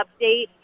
update